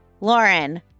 Lauren